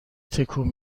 تکون